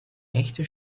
echte